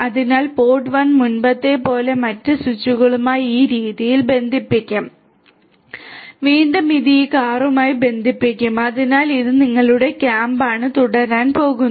അതിനാൽ പോഡ് 1 മുമ്പത്തെപ്പോലെ മറ്റ് സ്വിച്ചുകളുമായി ഈ രീതിയിൽ ബന്ധിപ്പിക്കും വീണ്ടും ഇത് ഈ കാറുമായി ബന്ധിപ്പിക്കും അതിനാൽ ഇത് നിങ്ങളുടെ കാമ്പ് ആണ് തുടരാൻ പോകുന്നു